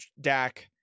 Dak